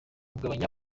kugabanya